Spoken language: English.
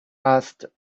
asked